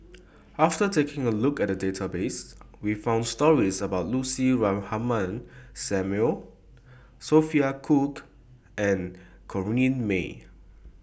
after taking A Look At The Database We found stories about Lucy Ratnammah Samuel Sophia Cooke and Corrinne May